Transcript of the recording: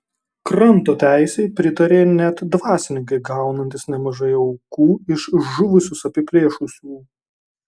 kranto teisei pritarė net dvasininkai gaunantys nemažai aukų iš žuvusius apiplėšusių